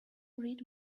read